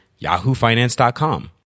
yahoofinance.com